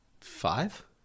five